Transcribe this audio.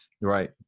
right